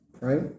right